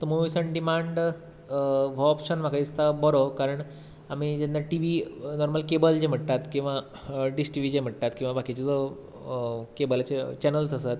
तर movies on demand हो option म्हाका दिसता बरो कारण आमी जेन्ना टिव्ही नॉर्मल कॅबल जे म्हणटा किंवां डिश टिवी जो म्हणटा किंवां बाकीचे जो कॅबलाचे चॅनल्स आसात